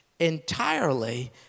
entirely